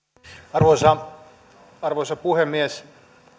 arvoisa arvoisa puhemies